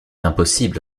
impossible